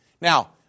Now